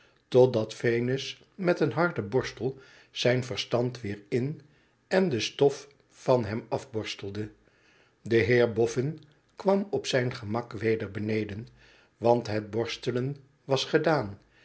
totdat venus met een harden borstel zijn verstand weer in en de stof van hem af borstelde de heer bofn kwam op zijn gemak weder beneden want het borstelen was gedaan